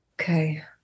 Okay